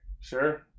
Sure